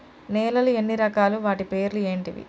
నేలలు ఎన్ని రకాలు? వాటి పేర్లు ఏంటివి?